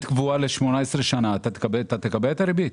קבועה ל-18 שנה אתה תקבל את הריבית.